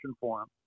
forum